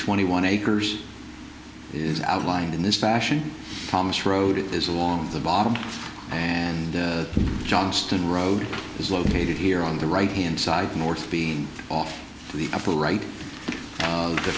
wenty one acres is outlined in this fashion thomas road is along the bottom and johnston road is located here on the right hand side north bean off the upper right of the